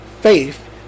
faith